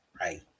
right